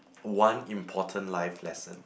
one important life lesson